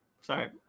Sorry